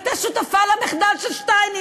הייתה שותפה למחדל של שטייניץ.